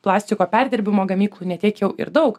plastiko perdirbimo gamyklų ne tiek jau ir daug